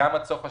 גם עד סוף השנה.